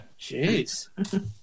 Jeez